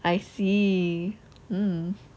I see um